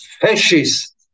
fascists